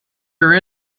her